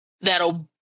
that'll